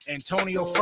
Antonio